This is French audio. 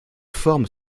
forme